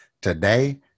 Today